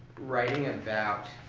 writing about